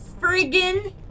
friggin